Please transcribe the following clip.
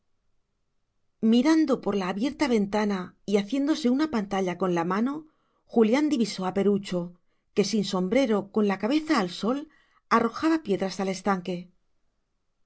mirando por la abierta ventana y haciéndose una pantalla con la mano julián divisó a perucho que sin sombrero con la cabeza al sol arrojaba piedras al estanque